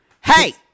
Hey